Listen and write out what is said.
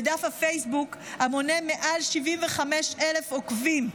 בדף פייסבוק המונה מעל 75,000 עוקבים.